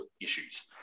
issues